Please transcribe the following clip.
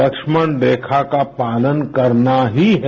लक्ष्मण रेखा का पालन करना ही है